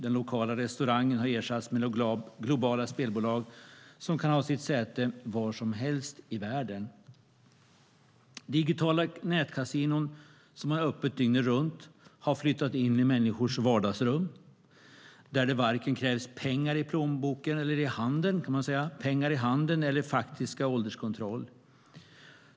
Den lokala restaurangen har ersatts av globala spelbolag som kan ha sitt säte var som helst i världen. Digitala nätkasinon, som har öppet dygnet runt, har flyttat in i människors vardagsrum där det varken krävs pengar i handen eller faktisk ålderskontroll.